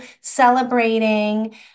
celebrating